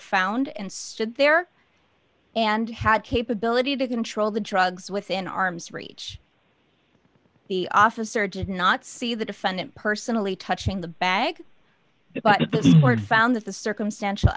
found and stood there and had capability to control the drugs within arm's reach the officer did not see the defendant personally touching the bag but the board found that the circumstantial